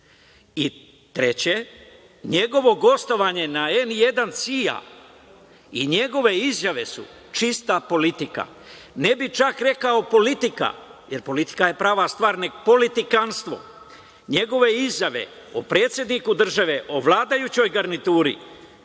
godina. Treće, njegovo gostovanje na N1 CIA i njegove izjave su čista politika, ne bih čak rekao politika, jer politika je prava stvar, nego politikanstvo. Njegove izjave o predsedniku države, o vladajućoj garnituri